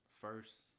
first